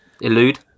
Elude